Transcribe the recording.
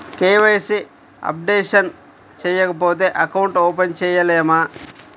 KYC updation చేయకపోతే account open చేయలేమా?